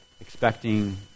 expecting